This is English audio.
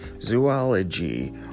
zoology